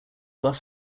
bus